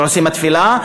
שעושים את התפילה,